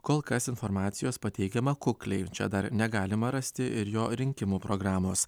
kol kas informacijos pateikiama kukliai čia dar negalima rasti ir jo rinkimų programos